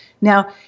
Now